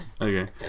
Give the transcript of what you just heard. Okay